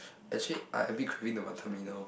actually I a bit craving for Wanton-Mee now